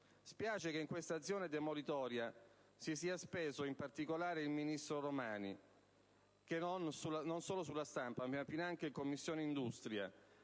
Spiace che in questa azione demolitoria si sia speso in particolare il ministro Romani, che, non solo sulla stampa, ma finanche in Commissione industria,